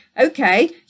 okay